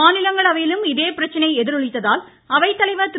மாநிலங்களவையிலும் இதே பிரச்சினை எதிரொலித்ததால் அவைத்தலைவா் திரு